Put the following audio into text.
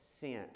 sent